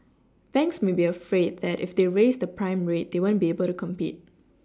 banks may be afraid that if they raise the prime rate they won't be able to compete